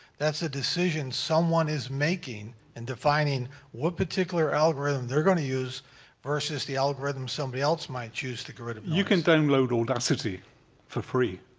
that's a decision someone is making in defining what particular algorithm they're going to use versus the algorithm somebody else might use to get rid of noise. you can then load audacity for free.